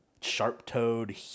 sharp-toed